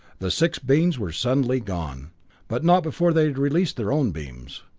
the six beings were suddenly gone but not before they had released their own beams.